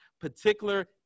particular